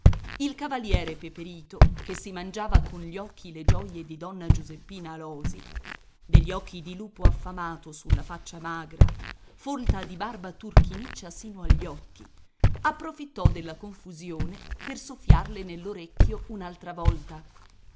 il cavaliere peperito che si mangiava con gli occhi le gioie di donna giuseppina alòsi degli occhi di lupo affamato sulla faccia magra folta di barba turchiniccia sino agli occhi approfittò della confusione per soffiarle nell'orecchio un'altra volta